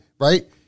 right